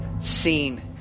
seen